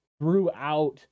throughout